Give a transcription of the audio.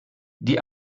die